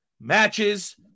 Matches